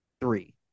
three